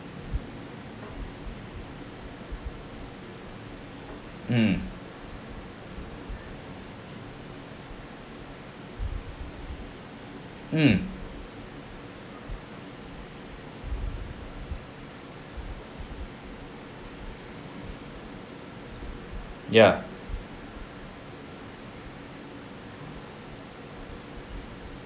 mm mm ya